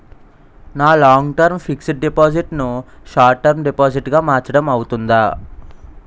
నా long term fixed deposit ను short term deposit గా మార్చటం అవ్తుందా?